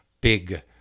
big